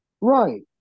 Right